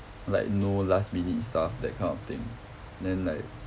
like no last minute stuff that kind of thing then like